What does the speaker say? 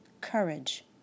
courage